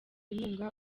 inkunga